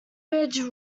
ridge